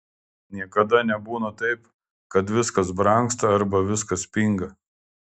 niekada nebūna taip kad viskas brangsta arba viskas pinga